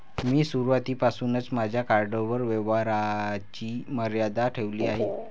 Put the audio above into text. मी सुरुवातीपासूनच माझ्या कार्डवर व्यवहाराची मर्यादा ठेवली आहे